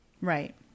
Right